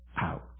out